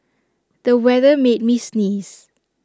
the weather made me sneeze